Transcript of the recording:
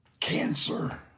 Cancer